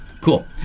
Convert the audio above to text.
Cool